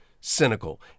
cynical